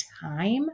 time